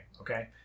okay